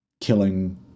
killing